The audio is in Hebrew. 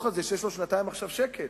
על זה שיש לו עכשיו שנתיים של שקט,